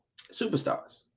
superstars